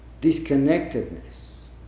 disconnectedness